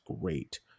great